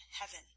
heaven